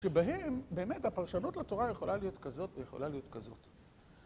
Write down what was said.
שבהם באמת הפרשנות לתורה יכולה להיות כזאת ויכולה להיות כזאת.